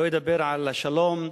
לא אדבר על השלום,